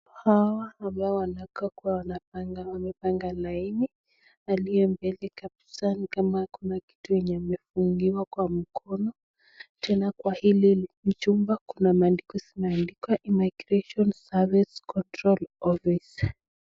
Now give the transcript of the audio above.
Hawa ambao wanakaa kuwa wamepanga laini, aliye mbele kabisa ni kama kuna kitu yenye amefungiwa kwa mkono, tena kwa hili chumba kuna maandiko zimeadikwa immigration service control office .